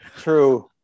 True